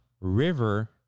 River